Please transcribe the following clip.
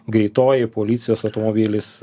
greitoji policijos automobilis